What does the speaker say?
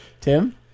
Tim